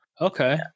Okay